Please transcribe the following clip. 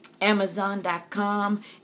Amazon.com